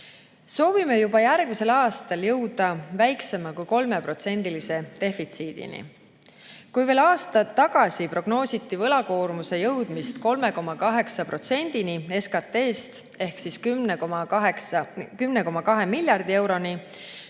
Soovime juba järgmisel aastal jõuda väiksema kui 3%-lise defitsiidini. Kui veel aasta tagasi prognoositi võlakoormuse jõudmist 30,8%-ni SKT-st ehk 10,2 miljardi euroni,